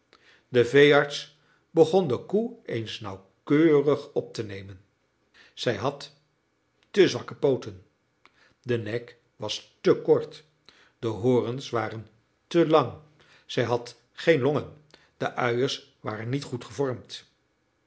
de veearts begon de koe eens nauwkeurig op te nemen zij had te zwakke pooten de nek was te kort de horens waren te lang zij had geen longen de uiers waren niet goed gevormd